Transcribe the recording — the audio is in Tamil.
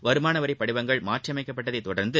வருமான வரி படிவங்கள் மாற்றியமைக்கப்பட்டதை தொடர்ந்து